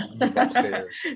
upstairs